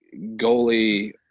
goalie